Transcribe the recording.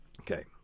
Okay